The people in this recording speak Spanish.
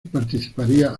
participaría